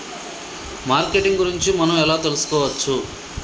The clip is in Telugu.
మార్కెటింగ్ గురించి మనం ఎలా తెలుసుకోవచ్చు?